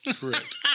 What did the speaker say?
Correct